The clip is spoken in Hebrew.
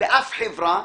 לאף חברה,